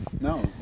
No